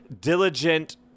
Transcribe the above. diligent